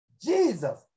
Jesus